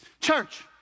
Church